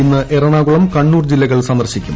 ഇന്ന് എറണാകുളം കണ്ണൂർ ജില്ലകൾ സന്ദർശിക്കും